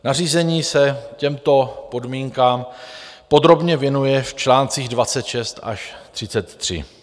Nařízení se těmto podmínkám podrobně věnuje v článcích 26 až 33.